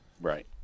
Right